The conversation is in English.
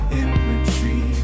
imagery